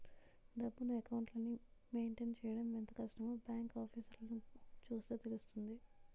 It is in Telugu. డబ్బును, అకౌంట్లని మెయింటైన్ చెయ్యడం ఎంత కష్టమో బాంకు ఆఫీసర్లని చూస్తే తెలుస్తుంది